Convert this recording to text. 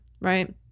right